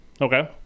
Okay